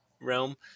realm